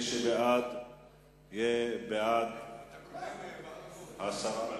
מי שבעד יהיה בעד הסרה,